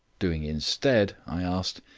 doing instead? i asked.